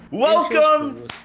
Welcome